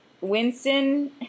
Winston –